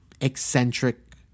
eccentric